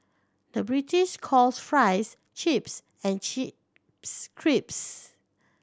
the British calls fries chips and chips crisps